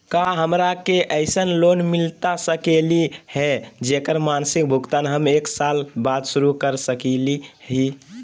का हमरा के ऐसन लोन मिलता सकली है, जेकर मासिक भुगतान हम एक साल बाद शुरू कर सकली हई?